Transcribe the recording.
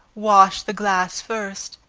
wash the glass first,